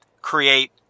create